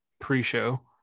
pre-show